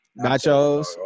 Nachos